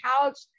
couch